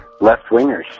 left-wingers